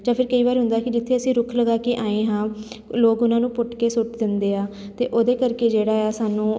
ਜਾਂ ਫਿਰ ਕਈ ਵਾਰ ਹੁੰਦਾ ਕੀ ਜਿੱਥੇ ਅਸੀਂ ਰੁੱਖ ਲਗਾ ਕੇ ਆਏ ਹਾਂ ਲੋਕ ਉਹਨਾਂ ਨੂੰ ਪੁੱਟ ਕੇ ਸੁੱਟ ਦਿੰਦੇ ਆ ਅਤੇ ਉਹਦੇ ਕਰਕੇ ਜਿਹੜਾ ਆ ਸਾਨੂੰ